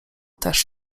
też